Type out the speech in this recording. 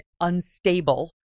unstable